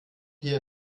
hier